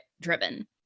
driven